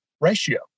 ratio